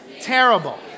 Terrible